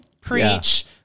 preach